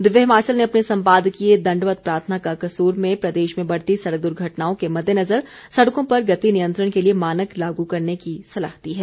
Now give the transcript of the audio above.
दिव्य हिमाचल ने अपने संपादकीय दंडवत प्रार्थना का कसूर में प्रदेश में बढ़ती सड़क दुर्घटनाओं के मददेनजर सड़कों पर गति नियंत्रण के लिए मानक लागू करने की सलाह दी है